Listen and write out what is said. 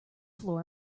floor